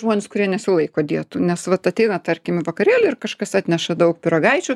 žmones kurie nesilaiko dietų nes vat ateina tarkim į vakarėlį ir kažkas atneša daug pyragaičių